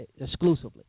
exclusively